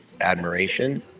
admiration